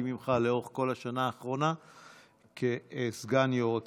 ממך לאורך כל השנה האחרונה כסגן יו"ר הכנסת.